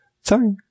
Sorry